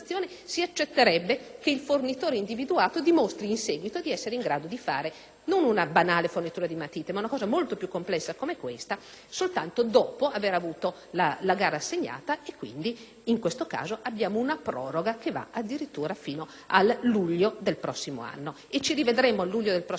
non una banale fornitura di matite, ma una cosa molto più complessa come questa, soltanto dopo aver avuto la gara assegnata. Quindi, in questo caso, abbiamo una proroga che va addirittura fino al luglio del prossimo anno e ci rivedremo a luglio del prossimo anno per capire cosa è successo e quali costi saranno conseguenti al non aver assicurato prima un adempimento